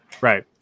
right